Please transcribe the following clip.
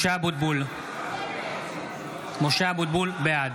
(קורא בשמות חברי הכנסת) משה אבוטבול, בעד